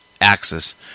axis